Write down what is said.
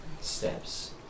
steps